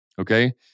Okay